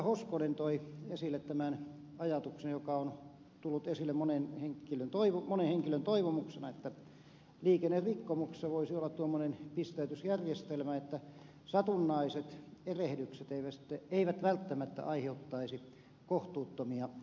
hoskonen toi esille tämän ajatuksen joka on tullut esille monen henkilön toivomuksena että liikennerikkomuksissa voisi olla tuommoinen pisteytysjärjestelmä että satunnaiset erehdykset eivät välttämättä aiheuttaisi kohtuuttomia haittoja